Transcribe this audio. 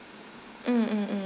mm mm mm